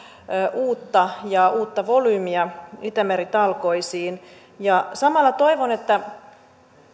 uutta ja uutta volyymia itämeri talkoisiin samalla toivon että